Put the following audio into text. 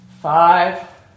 five